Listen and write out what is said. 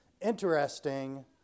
interesting